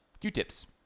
Q-tips